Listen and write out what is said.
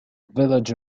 village